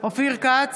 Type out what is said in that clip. אופיר כץ,